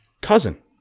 cousin